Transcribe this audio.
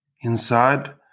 inside